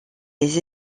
des